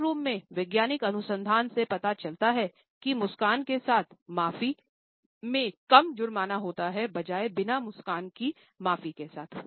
court room में वैज्ञानिक अनुसंधान से पता चलता है कि मुस्कान के साथ माफी में कम जुर्माना होता हैं बजाय बिना मुस्कान के माफी के साथ